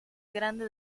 grande